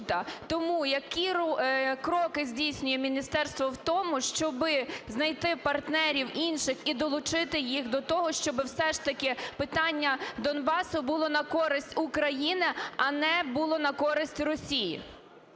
Тому, які кроки здійснює міністерство в тому, щоби знайти партнерів інших і долучити їх до того, щоби все ж таки питання Донбасу було на користь України, а не було на користь Росії?